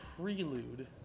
prelude